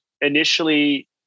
initially